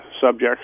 subjects